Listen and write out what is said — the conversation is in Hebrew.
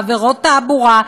בעבירות תעבורה,